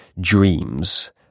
dreams